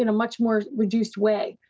and much more reduced way.